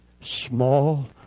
small